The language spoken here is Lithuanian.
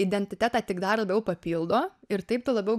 identitetą tik dar labiau papildo ir taip tu labiau